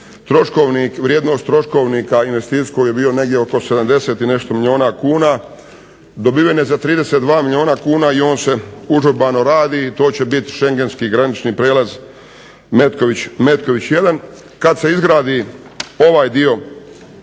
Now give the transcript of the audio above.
troškovnik, vrijednost troškovnika investicijskog je bio negdje oko 70 i nešto milijuna kuna, dobivene za 32 milijuna kuna i on se užurbano radi i to će biti Schengenski granični prijelaz Metković 1. Kad se izgradi ovaj dio